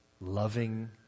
loving